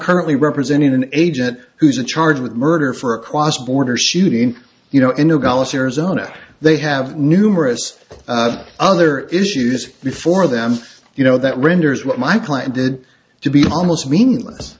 currently representing an agent who's are charged with murder for across the border shooting you know in nogales arizona they have numerous other issues before them you know that renders what my client did to be almost meaningless